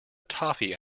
toffee